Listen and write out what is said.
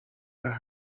for